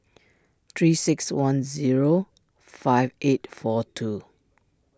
three six one zero five eight four two